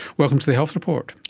welcome to the health report.